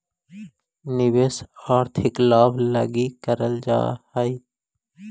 निवेश आर्थिक लाभ लगी कैल जा हई